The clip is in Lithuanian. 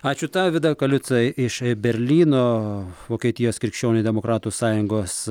ačiū tau vida kaliuca iš berlyno vokietijos krikščionių demokratų sąjungos